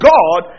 God